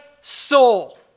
soul